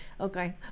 Okay